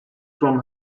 from